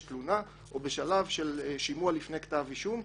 בו תלונה או בשלב של שימוע לפני כתב אישום.